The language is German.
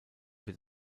wird